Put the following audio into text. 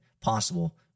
possible